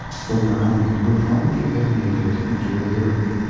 for brown ing would probably have made it into a lyric.